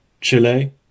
Chile